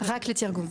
רק לתרגום.